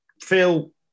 Phil